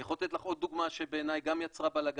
אני יכול לתת לך עוד דוגמה שבעיניי גם יצרה בלגן,